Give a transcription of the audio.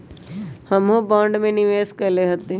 हमहुँ बॉन्ड में निवेश कयले हती